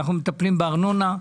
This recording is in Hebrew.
אנחנו מטפלים בארנונה,